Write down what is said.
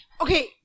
Okay